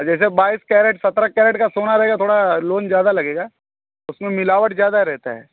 अब जैसे बाइस कैरेट सतरह कैरेट का सोना रहेगा थोड़ा लोन ज़्यादा लगेगा उसमें मिलावट ज़्यादा रहती है